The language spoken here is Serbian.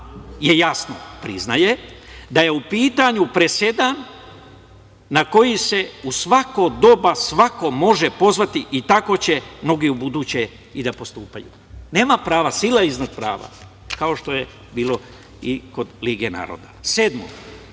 je jasno, priznaje da je u pitanju presedan na koji se u svako doba svako može pozvati i tako će mnogi ubuduće i da postupaju. Nema prava. Sila je iznad prava. Kao što je bilo i kod lige naroda. Sedmo